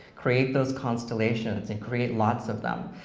create those constellations, and create lots of them,